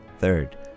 Third